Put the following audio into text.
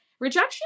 rejection